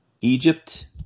Egypt